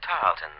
Tarleton